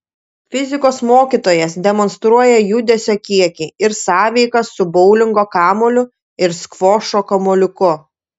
fizikos mokytojas demonstruoja judesio kiekį ir sąveiką su boulingo kamuoliu ir skvošo kamuoliuku